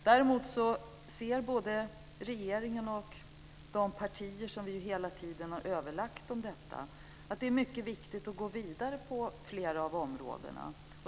Däremot ser både regeringen och de partier som hela tiden har överlagt om detta att det är viktigt att gå vidare på flera av områdena.